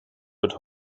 wird